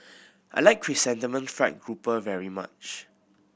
I like Chrysanthemum Fried Grouper very much